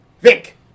Vic